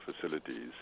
facilities